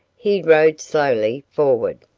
he rode slowly forward.